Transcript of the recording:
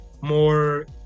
more